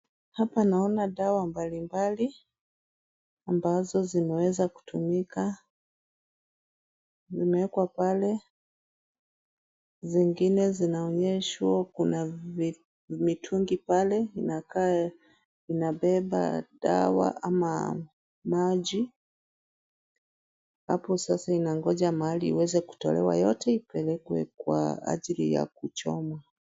Hapa naona dawa mbalimbali ambazo zimeweza kutumika. Zimewekwa pale. Zingine zinaonyeshwa. Kuna mitungi pale inakaa inabeba dawa ama maji. Hapo sasa inangoja mahali iweze kutolewa yote ipelekwe kwa ajili ya kuchomwa.